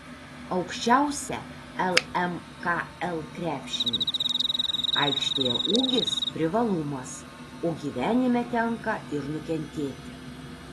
aukščiausia lmkl krepšininkė aikštėje ūgis privalumas o gyvenime tenka ir nukentėti